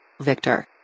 Victor